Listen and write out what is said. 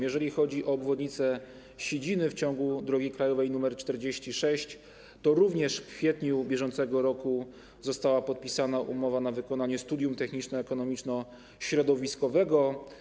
Jeżeli chodzi o obwodnicę Sidziny w ciągu drogi krajowej nr 46, to również w kwietniu br. została podpisana umowa na wykonanie studium techniczno-ekonomiczno-środowiskowego.